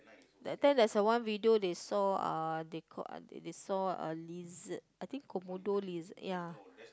that time there's a one video they saw uh they got they saw a lizard I think Komodo lizard ya